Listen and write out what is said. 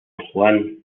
juan